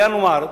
בינואר.